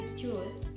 choose